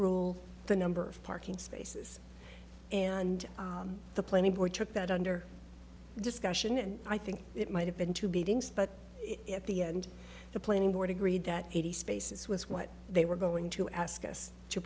rule the number of parking spaces and the planning board took that under discussion and i think it might have been to beatings but at the end the planning board agreed that eighty spaces was what they were going to ask us to